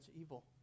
evil